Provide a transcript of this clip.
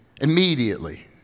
immediately